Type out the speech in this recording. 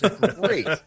Great